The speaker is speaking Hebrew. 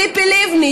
ציפי לבני,